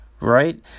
right